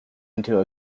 into